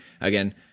Again